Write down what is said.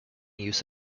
use